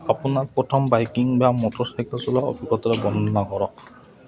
আপোনাক প্ৰথম বাইকিং বা মটৰচাইকেল চলোৱা অভিজ্ঞতা বৰ্ণনা কৰক